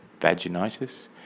vaginitis